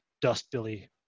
dust-billy